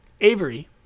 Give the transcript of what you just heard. Avery